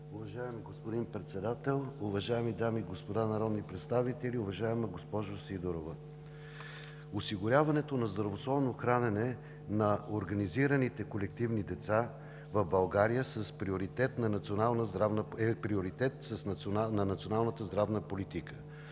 Уважаеми господин Председател, уважаеми дами и господа народни представители! Уважаема госпожо Сидорова, осигуряването на здравословно хранене на организираните колективи деца в България е приоритет на Националната здравна политика.